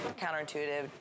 counterintuitive